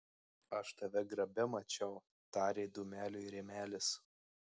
aš tave grabe mačiau tarė dūmeliui rėmelis